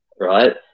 right